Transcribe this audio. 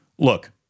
Look